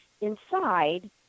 inside